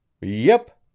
Yep